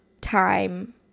time